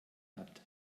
hat